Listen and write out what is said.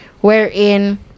wherein